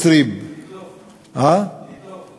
מתוך דיוני